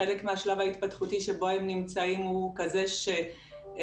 חלק מהשלב ההתפתחותי שבו הם נמצאים הוא כזה שמצריך